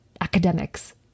academics